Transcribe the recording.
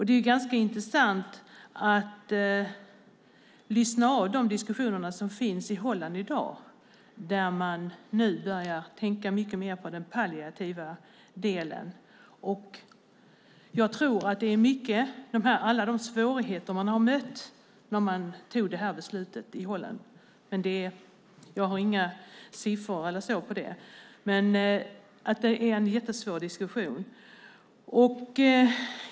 Det är ganska intressant att lyssna av de diskussioner som förs i Holland i dag, där man nu börjar tänka mycket mer på den palliativa delen. Jag tror att det i mycket beror på alla de svårigheter man har mött sedan man tog det här beslutet i Holland. Jag har inga siffror på det, men det är en jättesvår diskussion.